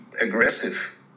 aggressive